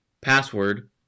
password